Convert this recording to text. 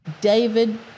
David